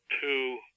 two